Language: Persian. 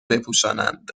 بپوشانند